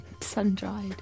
sun-dried